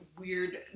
weird